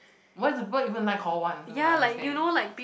why do people even like hall one I don't even understand